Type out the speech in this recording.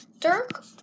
Dirk